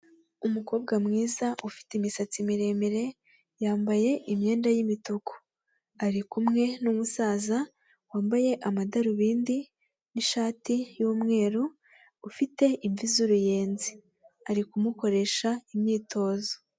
Umukobwa mwiza ufite imisatsi miremire yambaye imyenda yimituku arikumwe numusaza wambaye amadarubindi nishati yumweru ufite imvi z'uruyenzi ari kumukoresha imyitozo.